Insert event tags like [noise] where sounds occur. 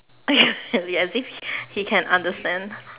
[laughs] as if he can understand